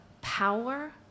power